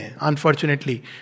Unfortunately